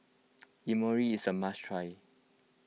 Imoni is a must try